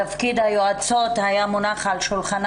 נושא תפקיד היועצות למעמד האישה היה מונח על שולחן